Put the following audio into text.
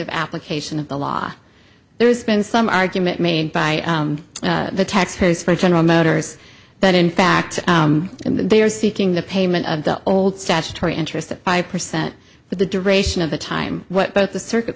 of application of the law there's been some argument made by the tax has for general motors that in fact they are seeking the payment of the old statutory interest of five percent for the duration of the time what both the circuit